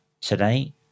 Today